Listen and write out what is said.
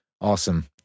awesome